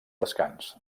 descans